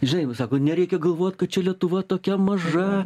žinai vat sako nereikia galvot kad čia lietuva tokia maža